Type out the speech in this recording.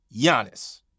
Giannis